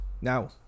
Now